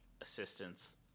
assistance